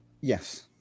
yes